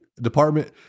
department